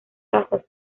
casas